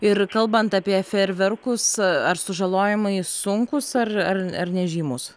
ir kalbant apie fejerverkus ar sužalojimai sunkūs ar ar ar nežymūs